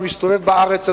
אני מסתובב בארץ הזאת,